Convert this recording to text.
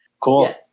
Cool